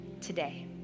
today